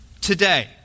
Today